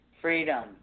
freedom